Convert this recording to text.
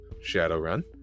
Shadowrun